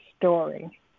story